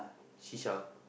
shisha